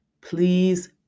Please